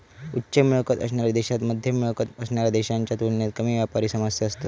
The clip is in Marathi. उच्च मिळकत असणाऱ्या देशांत मध्यम मिळकत असणाऱ्या देशांच्या तुलनेत कमी व्यापारी समस्या असतत